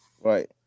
right